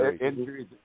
Injuries